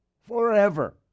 Forever